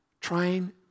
trying